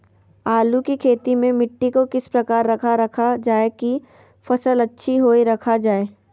आलू की खेती में मिट्टी को किस प्रकार रखा रखा जाए की फसल अच्छी होई रखा जाए?